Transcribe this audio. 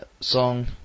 song